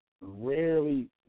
rarely